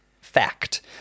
fact